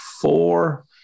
four